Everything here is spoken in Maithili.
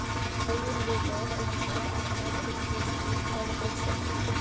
आयुर्वेदक अनुसार आंवला बहुत पौष्टिक फल होइ छै